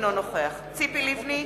אינו נוכח ציפי לבני,